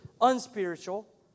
unspiritual